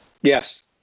yes